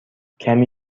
کمی